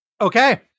Okay